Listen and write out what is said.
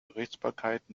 gerichtsbarkeit